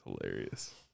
hilarious